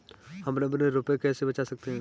हम अपने रुपये कैसे बचा सकते हैं?